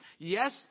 Yes